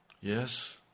Yes